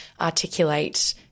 articulate